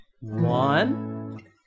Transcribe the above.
One